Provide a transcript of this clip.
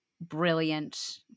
brilliant